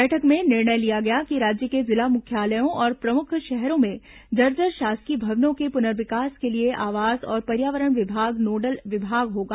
बैठक में निर्णय लिया गया कि राज्य के जिला मुख्यालयों और प्रमुख शहरों में जर्जर शासकीय भवनों के पुनर्विकास के लिए आवास और पर्यावरण विभाग नोडल विभाग होगा